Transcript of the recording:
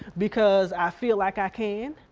because i feel like i can.